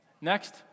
Next